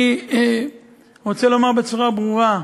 אני רוצה לומר בצורה ברורה,